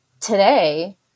today